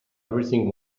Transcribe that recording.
everything